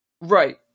Right